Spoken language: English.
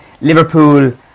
Liverpool